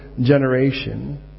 generation